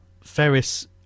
Ferris